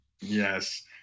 Yes